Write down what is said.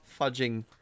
fudging